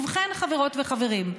ובכן, חברות וחברים,